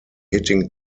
hitting